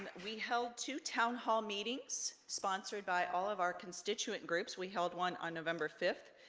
and we held two town hall meetings sponsored by all of our constituent groups. we held one on november fifth,